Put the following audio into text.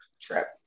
trip